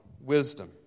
Wisdom